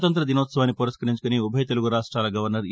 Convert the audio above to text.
గణతంత్ర దినోత్సవాన్ని పురస్కరించుకొని ఉభయ తెలుగు రాష్టాల గవర్నర్ ఈ